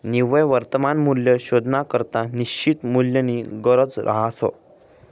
निव्वय वर्तमान मूल्य शोधानाकरता निश्चित मूल्यनी गरज रहास